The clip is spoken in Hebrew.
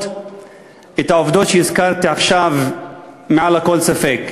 את העובדות שהזכרתי עכשיו מעל לכל ספק.